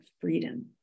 freedom